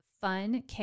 fun